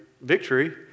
victory